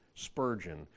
Spurgeon